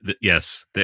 Yes